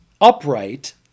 upright